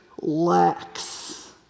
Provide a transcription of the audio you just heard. lacks